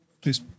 Please